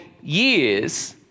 years